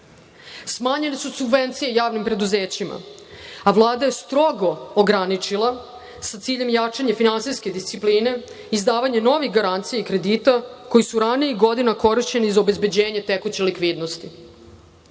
godina. Smanjene su subvencije javnim preduzećima, a Vlada je strogo ograničila, sa ciljem jačanja finansijske discipline, izdavanje novih garancija i kredita koji su ranijih godina korišćeni za obezbeđenje tekuće likvidnosti. Od